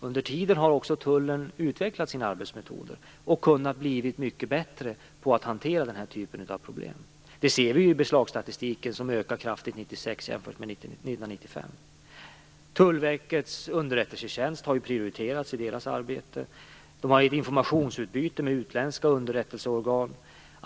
Under tiden har också Tullen utvecklat sina arbetsmetoder och kunnat bli mycket bättre på att hantera den här typen av problem. Det ser vi i beslagsstatistiken, som ökar kraftigt 1996 jämfört med 1995. Tullverkets underrättelsetjänst har prioriterats. Man har informationsutbyte med utländska underrättelseorgan.